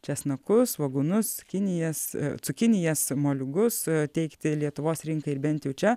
česnakus svogūnus cukinijas cukinijas moliūgus teikti lietuvos rinkai ir bent jau čia